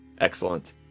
excellent